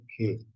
Okay